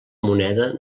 moneda